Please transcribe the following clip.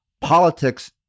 politics